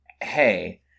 hey